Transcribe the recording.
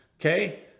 okay